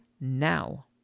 now